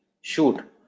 Shoot